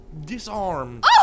Disarmed